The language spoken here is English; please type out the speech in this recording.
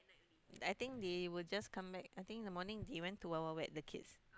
I think they will just come back I think in the morning they went to Wild Wild Wet the kids